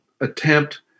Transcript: attempt